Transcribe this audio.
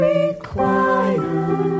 required